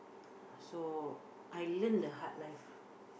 so I learnt the hard life